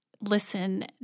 listen